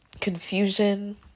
confusion